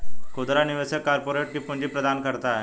खुदरा निवेशक कारपोरेट को पूंजी प्रदान करता है